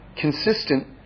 consistent